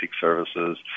services